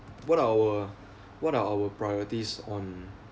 what our what our priorities on